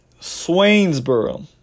Swainsboro